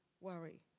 worry